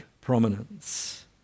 prominence